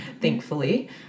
thankfully